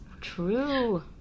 True